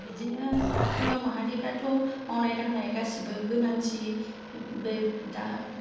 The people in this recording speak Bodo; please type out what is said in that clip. बिदिनो हिन्जाव माहारिफ्राथ' मावनाय दांनाय गासैबो गोनांथि बे दा